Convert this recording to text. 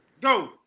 Go